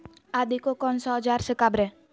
आदि को कौन सा औजार से काबरे?